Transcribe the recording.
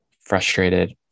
frustrated